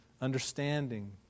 understanding